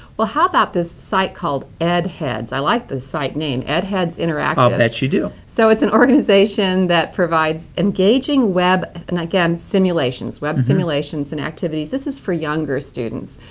well, how about this site called edheads. i like the site name, edheads interactives. i bet you do. so it's an organization that provides engaging web, and again, simulations, web simulations and activities. this is for younger students.